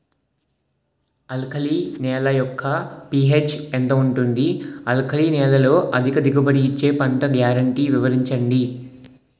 Alkali నేల యెక్క pH ఎంత ఉంటుంది? ఆల్కలి నేలలో అధిక దిగుబడి ఇచ్చే పంట గ్యారంటీ వివరించండి?